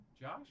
Josh